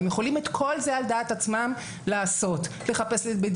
את כל זה הם יכולים לעשות על דעת עצמם.